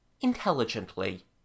intelligently